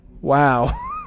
Wow